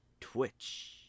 Twitch